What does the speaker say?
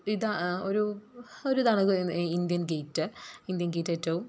ഇതാ ഒരു ഒരിതാണ് ഇന്ത്യൻ ഗെയിറ്റ് ഇന്ത്യൻ ഗെയിറ്റേറ്റവും